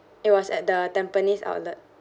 it was at the tampines outlet